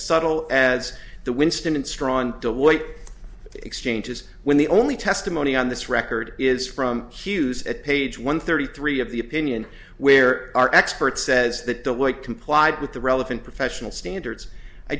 subtle as the winston and strawn exchanges when the only testimony on this record is from hughes at page one thirty three of the opinion where our expert says that the weight complied with the relevant professional standards i